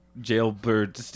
Jailbird